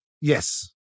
Yes